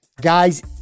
Guys